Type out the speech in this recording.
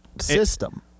system